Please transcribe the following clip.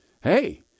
hey